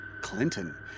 Clinton